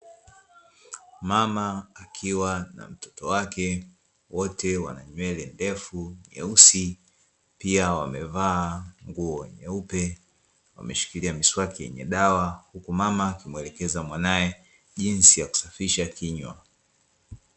Mama akiwa na mtoto wake wote wana nywele ndefu nyeusi pia wamevaa nguo nyeupe wameshikilia miswaki yenye dawa, huku mama akimuelekeza mwanae jinsi ya kusafisha kinywa.